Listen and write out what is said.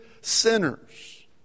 sinners